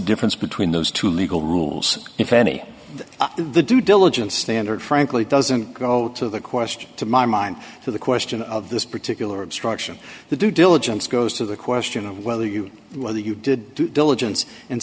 difference between those two legal rules if any the due diligence standard frankly doesn't go to the question to my mind to the question of this particular obstruction the due diligence goes to the question of whether you whether you did due diligence in